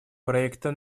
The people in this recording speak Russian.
проекта